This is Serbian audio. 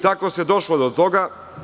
Tako se došlo do toga.